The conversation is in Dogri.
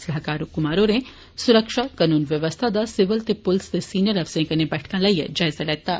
सलाहकार कुमार होरें सुरक्षा कनून व्यवस्था दा सिविल ते पुलस दे सिनियर अफसरें कन्नै बैठकां लाइए जायजा लैत्ता